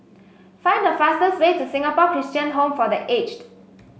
find the fastest way to Singapore Christian Home for The Aged